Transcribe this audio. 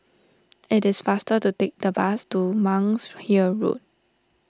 it is faster to take the bus to Monk's Hill Road